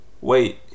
Wait